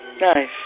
Nice